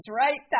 right